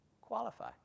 qualify